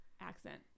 accent